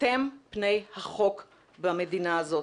אתם פני החוק במדינה הזאת,